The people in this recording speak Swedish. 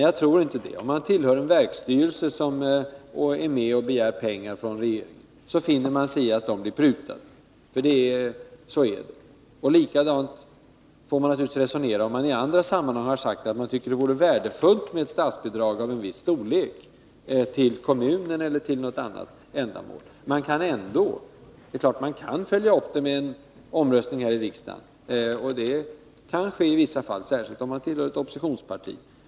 Jag tror inte det. Tillhör man en verksstyrelse och är med och begär pengar från regeringen, finner man sig ändå i prutningar. Så är det. Likadant kan man resonera, om man i andra sammanhang har förklarat att man tycker att det är värdefullt med statsbidrag av en viss storlek till en kommun eller för något annat ändamål. Man kanii vissa fall följa upp sitt krav vid en omröstning här i riksdagen, särskilt om man tillhör ett oppositionsparti.